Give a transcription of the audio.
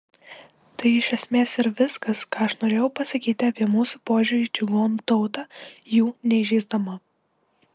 tai iš esmės ir viskas ką aš norėjau pasakyti apie mūsų požiūrį į čigonų tautą jų neįžeisdama